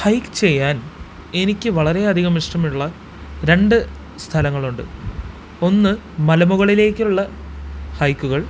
hike ചെയ്യാൻ എനിക്ക് വളരെയധികം ഇഷ്ടമുള്ള രണ്ട് സ്ഥലങ്ങളുണ്ട് ഒന്ന് മലമുകളിലേക്കുള്ള ഹൈക്കുകൾ